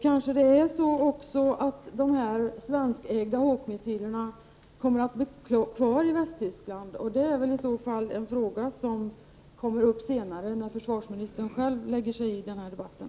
Kanske det också är så att de svenskägda Hawk-missilerna kommer att bli kvar i Västtyskland. Det är väl i så fall en fråga som kommer upp senare, när försvarsministern själv lägger sig i debatten.